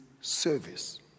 service